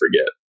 forget